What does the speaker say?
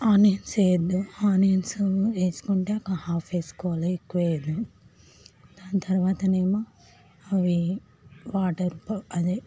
onions వేయొద్దు onions వేసుకుంటే ఒక హాఫ్ వేసుకోవాలి ఎక్కువేయొద్దు దాని తర్వాతనేమో అవి వాటర్ అదే